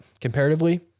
comparatively